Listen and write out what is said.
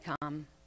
come